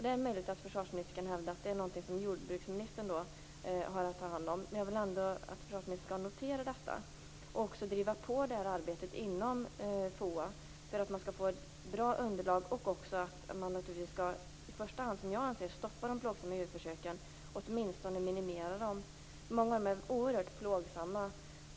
Det är möjligt att försvarsministern kan hävda att det är något som jordbruksministern har att ta hand om. Jag vill ändå att försvarsministern skall notera detta och driva på det här arbetet inom FOA; detta för att få ett bra underlag men först och främst, anser jag, för att få ett stopp på de plågsamma djurförsöken eller åtminstone minimera dem. Många av dem är, som sagt, oerhört plågsamma.